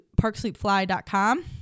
parksleepfly.com